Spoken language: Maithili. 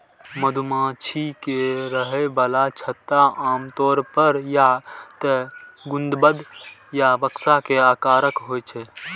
मधुमाछी के रहै बला छत्ता आमतौर पर या तें गुंबद या बक्सा के आकारक होइ छै